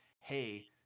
hey